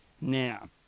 Now